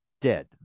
dead